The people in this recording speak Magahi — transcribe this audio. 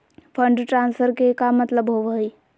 फंड ट्रांसफर के का मतलब होव हई?